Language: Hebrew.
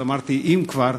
אמרתי: אם כבר